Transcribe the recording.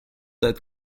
that